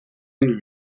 ihn